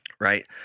right